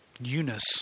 Eunice